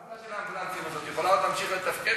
החברה של האמבולנסים הזאת יכולה להמשיך לתפקד?